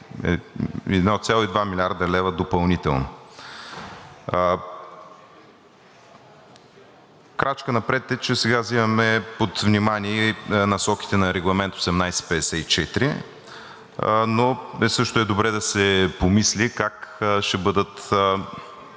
1,2 млрд. лв. допълнително. Крачка напред е, че сега взимаме под внимание и насоките на Регламент 1854, но също е добре да се помисли как ще бъдат